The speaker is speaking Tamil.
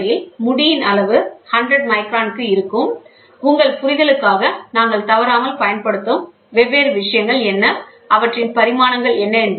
அடிப்படையில் முடி அளவு 100 மைக்ரான் க்கு இருக்கும் உங்கள் புரிதலுக்காக நாங்கள் தவறாமல் பயன்படுத்தும் வெவ்வேறு விஷயங்கள் என்ன அவற்றின் பரிமாணங்கள் என்ன